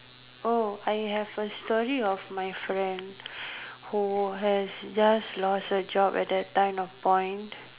oh I have a story of my friend who has just lost her job at that time of point